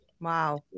Wow